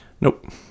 nope